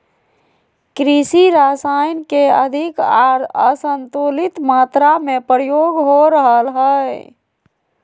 कृषि रसायन के अधिक आर असंतुलित मात्रा में प्रयोग हो रहल हइ